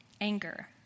Anger